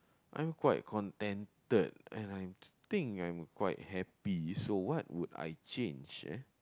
I'm quite contented and I think I'm quite happy so what would I change eh